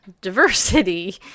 diversity